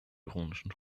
ironischen